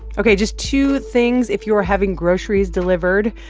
ok. just two things if you are having groceries delivered.